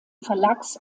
verlags